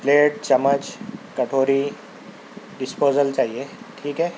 plate چمچ کٹوری disposal چاہیے ٹھیک ہے